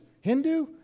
Hindu